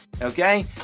okay